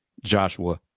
Joshua